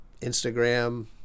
Instagram